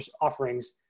offerings